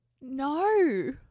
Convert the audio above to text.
No